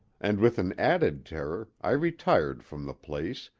and with an added terror i retired from the place,